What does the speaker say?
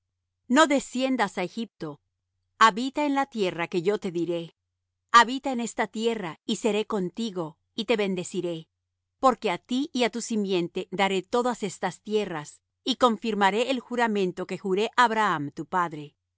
no desciendas á egipto habita en la tierra que yo te diré habita en esta tierra y seré contigo y te bendeciré porque á ti y á tu simiente daré todas estas tierras y confirmaré el juramento que juré á abraham tu padre y